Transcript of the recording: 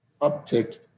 uptick